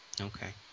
Okay